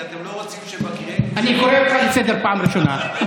כי אתם לא רוצים, אני קורא אותך לסדר פעם ראשונה.